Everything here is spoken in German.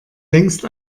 längst